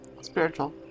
Spiritual